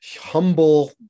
humble